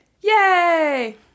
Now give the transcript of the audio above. Yay